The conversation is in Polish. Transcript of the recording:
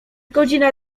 godzina